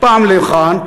פעם לכאן,